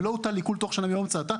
ולא הוטל עיקול בתוך שנה מיום המצאתה,